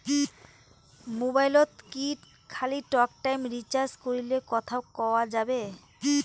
মোবাইলত কি খালি টকটাইম রিচার্জ করিলে কথা কয়া যাবে?